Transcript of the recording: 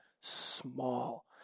small